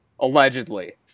Allegedly